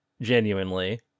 genuinely